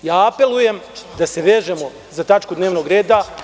Apelujem da se vežemo za tačku dnevnog reda.